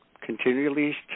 continually